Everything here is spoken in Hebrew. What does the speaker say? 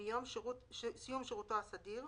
מיום סיום שירותו הסדיר,